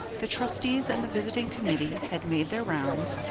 the trustees and the visiting committee had made their rounds,